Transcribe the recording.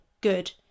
good